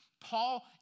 Paul